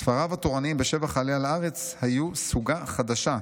ספריו התורניים בשבח העלייה לארץ היו סוגה חדשה.